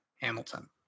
Hamilton